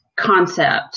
concept